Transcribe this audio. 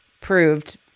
proved